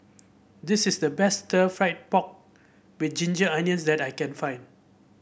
this is the best Stir Fried Pork with Ginger Onions that I can find